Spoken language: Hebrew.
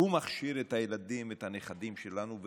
הוא מכשיר את הילדים ואת הנכדים שלנו,